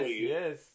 yes